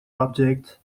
objects